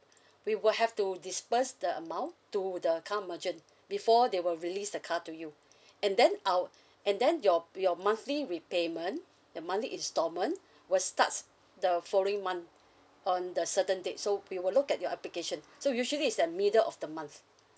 we will have to disperse the amount to the car merchant before they will release the car to you and then our and then your your monthly repayment your monthly installment will starts the following month on the certain date so we will look at your application so usually it's the middle of the month